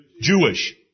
Jewish